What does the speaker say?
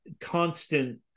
constant